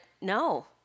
no